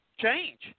change